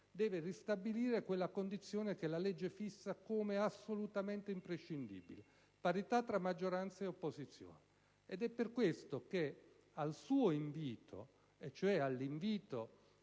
deve ristabilire quella condizione che la legge fissa come assolutamente imprescindibile: parità tra maggioranza e opposizione. Ed è per questo che al suo invito, cioè all'invito